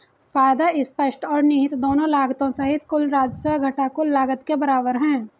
फायदा स्पष्ट और निहित दोनों लागतों सहित कुल राजस्व घटा कुल लागत के बराबर है